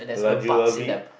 Raju Lavi